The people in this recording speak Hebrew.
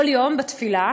כל יום בתפילה,